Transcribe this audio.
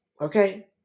Okay